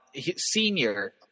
senior